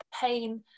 pain